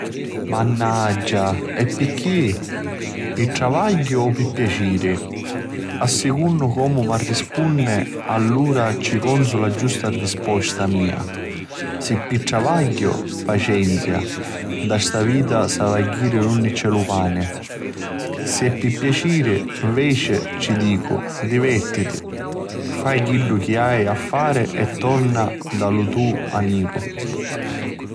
...mannaggia e pirchì, pi travagghiu o pi piaciri? A secunnu comu mi rispunni allura ci conzu la giusta risposta mia. S'è pi travagghiu pacenzia, nta sta vita s'havi a jiri dunni c'è lu pani, s'è pi piaciri nveci ci dicu, divertiti, fai chiddu chi hai a fari e torna nta lu to aniru.